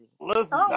Listen